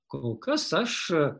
kol kas aš